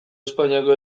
espainiako